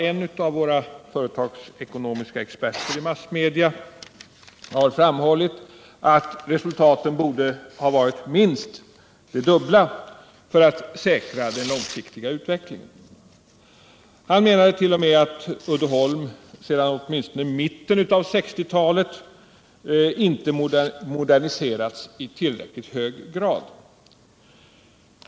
En av våra företagsekonomiska experter i massmedia har framhållit att resultaten borde ha varit minst de dubbla för att säkra den långsiktiga utvecklingen. Han menade t.o.m. att Uddeholm sedan åtminstone mitten av 1960-talet inte hade moderniserats i tillräckligt hög grad.